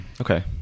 Okay